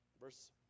Verse